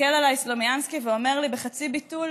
מסתכל עליי סלומינסקי ואומר לי בחצי ביטול: